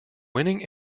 winning